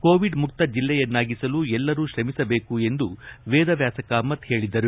Covid ಮುಕ್ತ ಜಿಲ್ಲೆಯನ್ನಾಗಿಸಲು ಎಲ್ಲರೂ ಶ್ರಮಿಸಬೇಕು ಎಂದು ವೇದವ್ಯಾಸ ಕಾಮತ್ ಹೇಳಿದರು